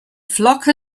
flock